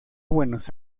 buenos